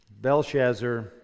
Belshazzar